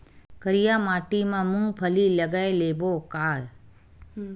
करिया माटी मा मूंग फल्ली लगय लेबों का?